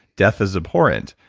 death is important,